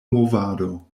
movado